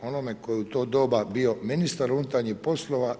Onome tko je u to doba bio ministar Unutarnjih poslova.